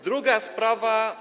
Druga sprawa.